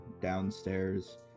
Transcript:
downstairs